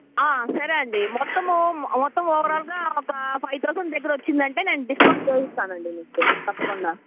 సరే అండి మొత్తము మొత్తము ఓవర్ఆల్గా ఒక ఫైవ్ థౌసండ్ తగ్గరొచ్చిందంటే నేను డిస్కౌంటు చేసి ఇస్తానండి మీకు తప్పకుండా